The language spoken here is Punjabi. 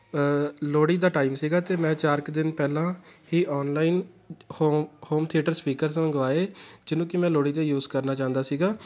ਲੋਹੜੀ ਦਾ ਟਾਈਮ ਸੀਗਾ ਅਤੇ ਮੈਂ ਚਾਰ ਕੁ ਦਿਨ ਪਹਿਲਾਂ ਹੀ ਔਨਲਾਈਨ ਹੋ ਹੋਮ ਥੀਏਟਰ ਸਪੀਕਰਸ ਮੰਗਵਾਏ ਜਿਹਨੂੰ ਕਿ ਮੈਂ ਲੋਹੜੀ 'ਤੇ ਯੂਜ ਕਰਨਾ ਚਾਹੁੰਦਾ ਸੀਗਾ